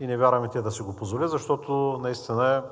Не вярвам и те да си го позволят, защото наистина